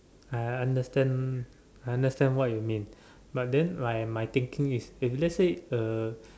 I understand I understand what you mean but then my my thinking is if let's say uh